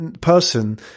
person